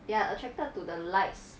they are attracted to the lights